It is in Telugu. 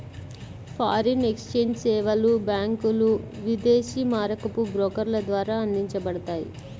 ఫారిన్ ఎక్స్ఛేంజ్ సేవలు బ్యాంకులు, విదేశీ మారకపు బ్రోకర్ల ద్వారా అందించబడతాయి